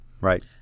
Right